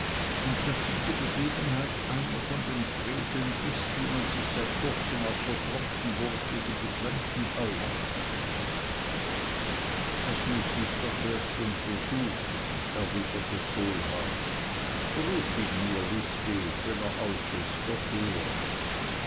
und daß diese begebenheit einer von den freveln ist die man sich seit kurzem auf der tronkenburg gegen die fremden erlaubt das muß ich doch erst untersuchen erwiderte kohlhaas ruf ihn mir lisbeth wenn er auf ist doch her